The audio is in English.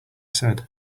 said